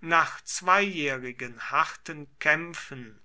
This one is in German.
nach zweijährigen harten kämpfen